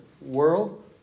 world